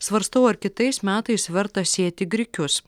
svarstau ar kitais metais verta sėti grikius